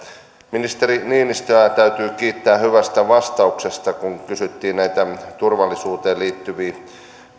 ministeri niinistöä täytyy kiittää hyvästä vastauksesta kun kysyttiin näitä turvallisuuteen